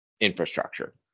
infrastructure